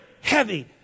heavy